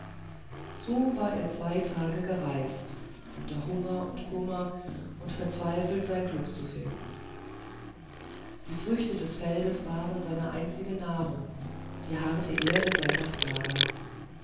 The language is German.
so war er zwei tage gereist unter hunger und kummer und verzweifelte sein glück zu finden die früchte des feldes waren seine einzige nahrung die harte erde sein nachtlager